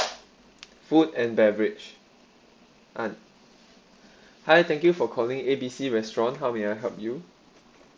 food and beverage an hi thank you for calling A B C restaurant how may I help you